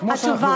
התשובה היא